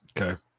okay